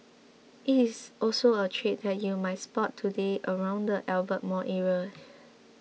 it is also a trade that you might spot today around the Albert Mall area